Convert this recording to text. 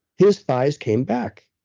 his thighs came back.